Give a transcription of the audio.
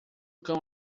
cão